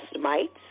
mites